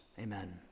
amen